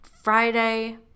Friday